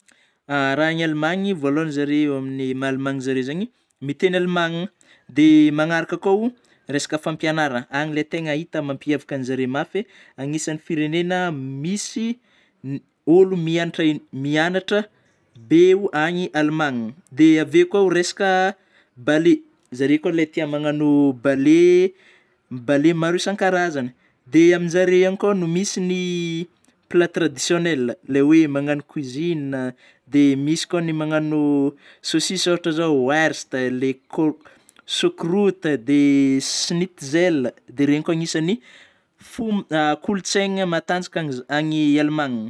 Raha ny Alimaniny zareo amin'ny maha Alimanina an'ny zareo zegny miteny Alimanina dia manaraka koa resaka fampianaragna ilay tegna hita mampiavaka an'ny zareo mafy hoe anisany firenena misy ôlô miantra- mianatra be any Alimanina; dia avy eo koa resaka bale zareo koa ilay tia magnano bale balé maro isankarazany; dia aminjareo any koa no misy ny plat traditionnelle ilay hoe magnano cuisine dia misy koa ny magnagno saosisy ohatra zao werst, le cor- choucroute de shnitzel dia iregny koa agnisan'ny fo- kolotsaigny matanjaka a- any Alimanina.